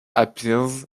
appears